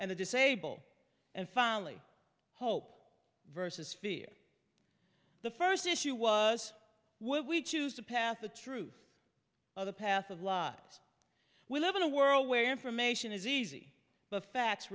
and the disabled and finally hope versus fear the first issue was with we choose the path the truth or the path of lot we live in a world where information is easy but facts